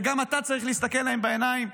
וגם אתה צריך להסתכל להם בעיניים,